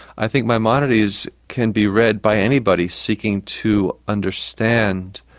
i think maimonides can be read by anybody seeking to understand